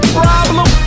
problem